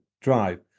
drive